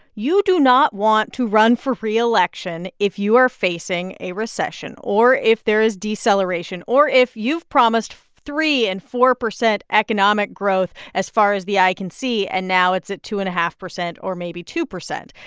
you do not want to run for reelection if you are facing a recession or if there is deceleration or if you've promised three percent and four percent economic growth as far as the eye can see, and now it's at two and a half percent or maybe two percent.